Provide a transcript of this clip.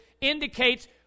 indicates